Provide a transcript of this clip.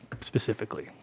specifically